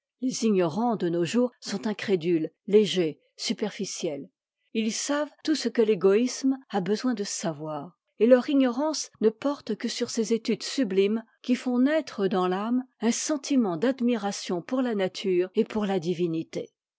les ignorants de nos jours sont incrédules légers superficiels ils savent tout ce que t'égoïsme a besoin de savoir et leur ignorance ne porte que sur ces études sublimes qui font naître dans l'âme un sentiment d'admiration pour la nature et pour la divinité